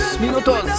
minutos